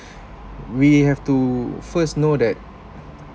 we have to first know that